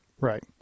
right